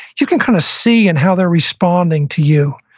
you can kind of see and how they're responding to you.